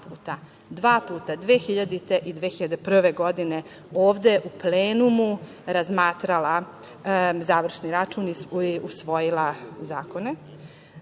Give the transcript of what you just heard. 2000. i 2001. godine, ovde u plenumu razmatrala završni račun i usvojila zakone.